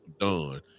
done